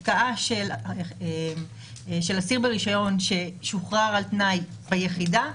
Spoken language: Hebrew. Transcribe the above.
על הפקעה של אסיר ברישיון ששוחרר על תנאי ביחידה,